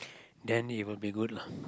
then it will be good lah